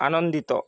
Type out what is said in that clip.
ଆନନ୍ଦିତ